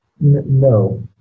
No